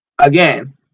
Again